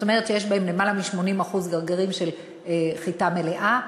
כלומר שיש בהם למעלה מ-80% גרגירים של חיטה מלאה,